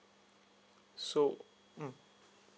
so mm